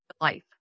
life